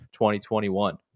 2021